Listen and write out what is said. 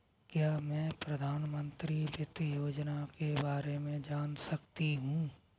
क्या मैं प्रधानमंत्री वित्त योजना के बारे में जान सकती हूँ?